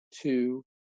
two